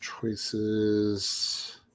choices